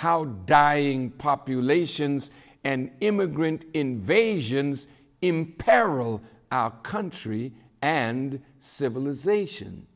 how dying populations and immigrant invasions imperil our country and civilization